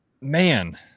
Man